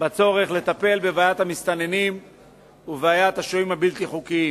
בצורך לטפל בבעיית המסתננים ובבעיית השוהים הבלתי-חוקיים.